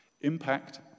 impact